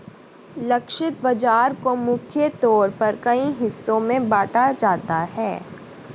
लक्षित बाजार को मुख्य तौर पर कई हिस्सों में बांटा जाता है